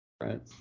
right